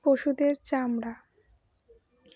পশুদের চামড়া